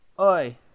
Oi